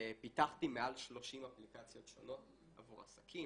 פיתחתי מעל 30 אפליקציות שונות עבור עסקים,